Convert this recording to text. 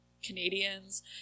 canadians